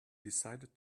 decided